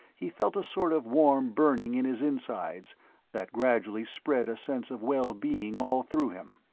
he felt a sort of warm burning in his insides that gradually spread a sense of well-being all through him.